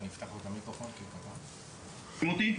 שומעים אותי?